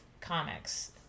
comics